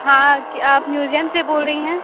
हाँ क्या आप म्यूज़ियम से बोल रही हैं